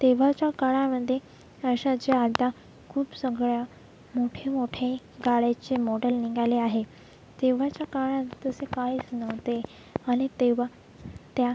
तेव्हाच्या काळामध्ये अशाच्या आठ दहा खूप सगळ्या मोठे मोठे गाड्याचे मॉडेल निघाले आहे तेव्हाच्या काळात तसे काहीच नव्हते आणि तेव्हा त्या